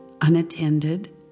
unattended